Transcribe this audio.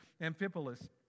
Amphipolis